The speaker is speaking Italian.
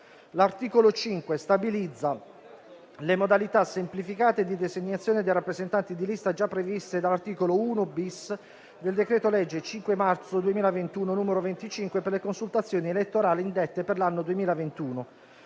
L'articolo 5 stabilizza le modalità semplificate di designazione dei rappresentanti di lista già previste dall'articolo 1-*bis* del decreto-legge 5 marzo 2021, n. 25 per le consultazioni elettorali indette per l'anno 2021.